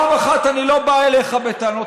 פעם אחת אני לא בא אליך בטענות,